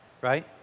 right